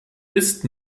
ist